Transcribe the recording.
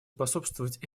способствовать